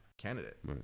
candidate